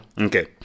Okay